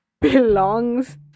belongs